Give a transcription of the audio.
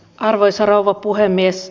arvoisa rouva puhemies